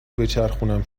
بچرخونم